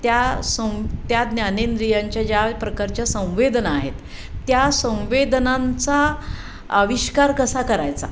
त्या सं त्या ज्ञानेंद्रियांच्या ज्या प्रकारच्या संवेदना आहेत त्या संवेदनांचा आविष्कार कसा करायचा